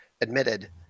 admitted